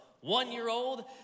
one-year-old